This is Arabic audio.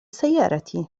سيارتي